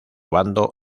bando